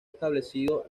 establecido